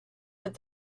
with